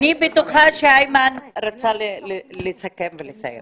-- אני בטוחה שאיימן רצה לסכם ולסיים.